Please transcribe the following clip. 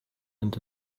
and